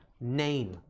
name